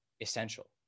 essential